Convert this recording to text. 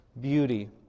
beauty